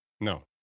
no